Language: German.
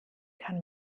kann